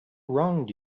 wronged